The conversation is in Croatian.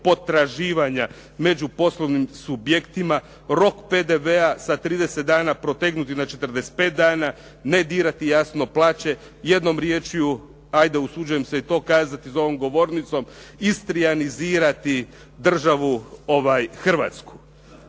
potraživanja među poslovnim subjektima, rok PDV-a sa 30 dana protegnuti na 45 dana, ne dirati jasno plaće. Jednom riječju, ajde usuđujem se to kazati za ovom govornicom istrijanizirati državu Hrvatsku